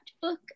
book